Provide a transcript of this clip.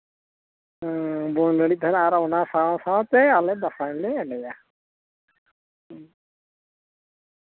ᱵᱷᱩᱣᱟᱹᱝ ᱰᱟᱹᱬᱤᱡ ᱛᱟᱦᱮᱱᱟ ᱟᱨ ᱚᱱᱟ ᱥᱟᱶᱼᱥᱟᱶᱛᱮ ᱟᱞᱮ ᱫᱟᱸᱥᱟᱭᱞᱮ ᱮᱱᱮᱡᱼᱟ ᱦᱩᱸ